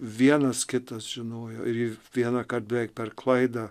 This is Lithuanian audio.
vienas kitas žinojo ir ji vienąkart beveik per klaidą